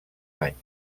anys